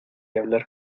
hablar